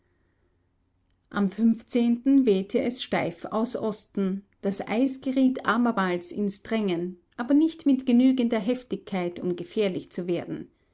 am wehte es steif aus osten das eis geriet abermals ins drängen aber nicht mit genügender heftigkeit um gefährlich zu werden